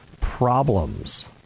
problems